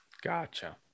Gotcha